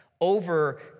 over